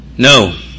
No